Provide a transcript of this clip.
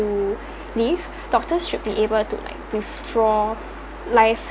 to live doctor should be able to like withdraw life